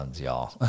y'all